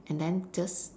and then just